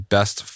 Best